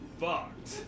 fucked